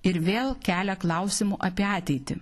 ir vėl kelia klausimų apie ateitį